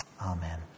Amen